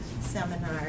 seminar